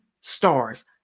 stars